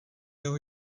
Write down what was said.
jeho